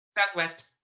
Southwest